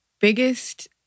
biggest